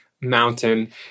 mountain